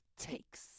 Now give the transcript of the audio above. takes